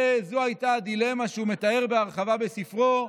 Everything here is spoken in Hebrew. וזו הייתה הדילמה שהוא מתאר בהרחבה בספרו,